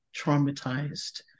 traumatized